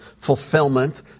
fulfillment